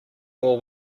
more